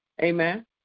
Amen